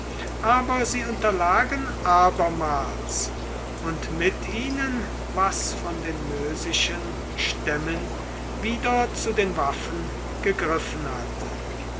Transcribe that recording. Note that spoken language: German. aber sie unterlagen abermals und mit ihnen was von den mösischen stämmen wieder zu den waffen gegriffen hatte